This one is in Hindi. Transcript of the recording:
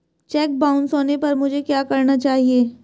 चेक बाउंस होने पर मुझे क्या करना चाहिए?